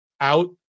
out